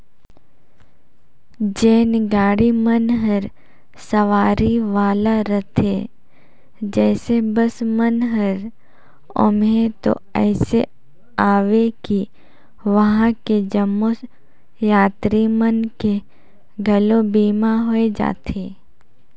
जेन गाड़ी मन हर सवारी वाला रथे जइसे बस मन हर ओम्हें तो अइसे अवे कि वंहा के जम्मो यातरी मन के घलो बीमा होय जाथे